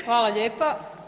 Hvala lijepa.